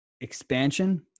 expansion